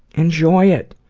enjoy it!